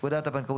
פקודת הבנקאות,